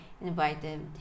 invited